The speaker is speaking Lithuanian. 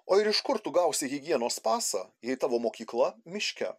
o ir iš kur tu gausi higienos pasą jei tavo mokykla miške